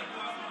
נגמר הזמן.